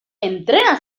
entrena